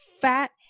fat